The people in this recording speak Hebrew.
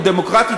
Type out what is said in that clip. או "דמוקרטית",